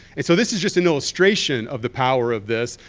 and so this is just an illustration of the power of this,